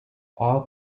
all